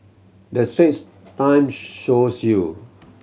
the Straits Time shows you